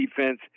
defense